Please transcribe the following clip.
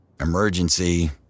emergency